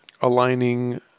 aligning